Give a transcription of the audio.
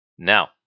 Now